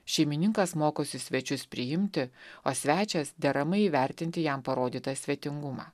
šeimininkas mokosi svečius priimti o svečias deramai įvertinti jam parodytą svetingumą